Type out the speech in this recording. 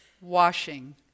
washing